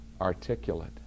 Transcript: articulate